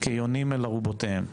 "כיונים אל ארובותיהם".